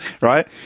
right